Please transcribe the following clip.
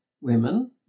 women